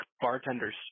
bartenders